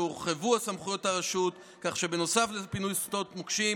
והורחבו בו סמכויות הרשות כך שנוסף לפינוי שדות מוקשים,